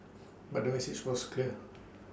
but the message was clear